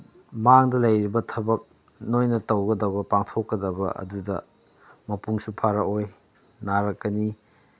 ꯃꯥꯡꯗ ꯂꯩꯔꯤꯕ ꯊꯕꯛ ꯅꯣꯏꯅ ꯇꯧꯒꯗꯕ ꯄꯥꯡꯊꯣꯛꯀꯗꯕ ꯑꯗꯨꯗ ꯃꯄꯨꯡꯁꯨ ꯐꯥꯔꯛꯑꯣꯏ ꯅꯔꯛꯀꯅꯤ